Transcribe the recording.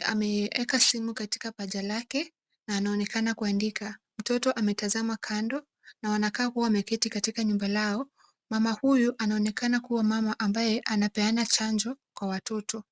Ameeka simu katika paja lake na anaonekana kuandika. Mtoto ametazama kando na anakaa kuwa ameketi katika nyumba yao. Mama huyu anaonekana kuwa mama ambaye anapeana chanjo kwa watoto.